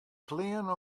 klean